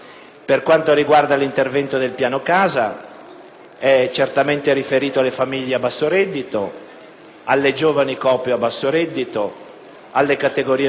è certamente riferito alle famiglie a basso reddito, alle giovani coppie a basso reddito, alle categorie svantaggiate, agli studenti fuori sede,